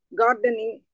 gardening